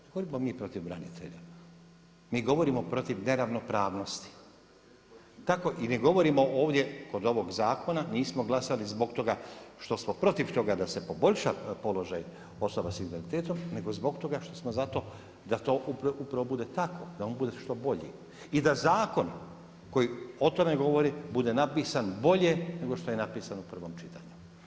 Ne govorimo mi protiv branitelja, mi govorimo protiv neravnopravnosti i ne govorimo ovdje kod ovog zakona nismo glasali zbog toga što smo protiv toga da se poboljša položaj osoba s invaliditetom nego zbog toga što smo za to da to upravo bude tako, da on bude što bolji i da zakon koji o tome govori bude napisan bolje nego što je napisan u prvom čitanju.